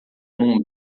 num